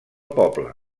poble